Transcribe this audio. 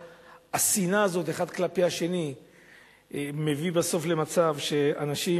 השנאה הזאת אחד כלפי השני מביאה בסוף למצב שאנשים